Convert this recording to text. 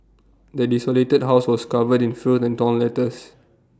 the desolated house was covered in filth and torn letters